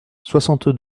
soixante